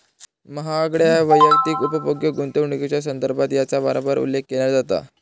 महागड्या वैयक्तिक उपभोग्य गुंतवणुकीच्यो संदर्भात याचा वारंवार उल्लेख केला जाता